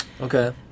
Okay